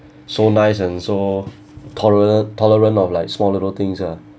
so nice and so tolerant tolerant of like small little things ah